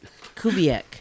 Kubiak